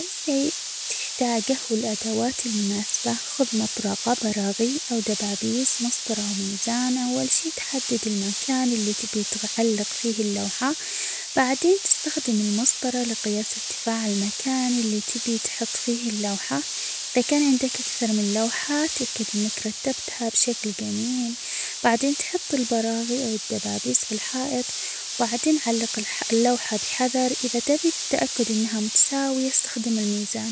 أول شيء تحتاجه الادوات المناسبة ،خذ مطرقة ، براغي، أو دبابيس، مسطرة ،وميزان ،أول شيء تحدد المكان اللي تبي-تغ- تعلق فيه اللوحة، بعدين تستخدم المسطرة لقياس إرتفاع المكان اللي تبي تحط فيه اللوحة، إذا كان عندك أكثر من لوحة تأكد إنك رتبتها بشكل جميل، بعدين تحط البراغي، أو الدبابيس في الحائط ،وبعدين علق -الح- اللوحة بحذر ،اذا تبي التأكد انها متساوية استخدم الميزان.